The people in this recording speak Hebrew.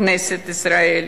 כנסת ישראל,